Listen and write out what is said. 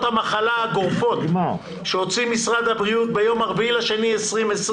המחלה הגורפות שהוציא משרד הבריאות ביום ה-4 בפברואר 2020,